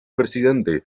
presidente